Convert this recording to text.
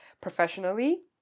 professionally